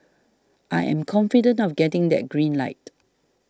I am confident of getting that green light